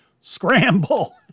scramble